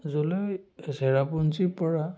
লৈ চেৰাপুঞ্জীৰ পৰা